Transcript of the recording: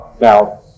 Now